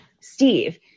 Steve